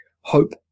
hope